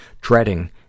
dreading